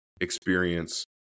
experience